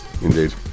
indeed